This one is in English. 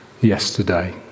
Yesterday